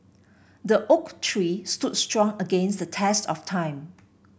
the oak tree stood strong against the test of time